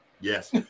Yes